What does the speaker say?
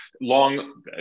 long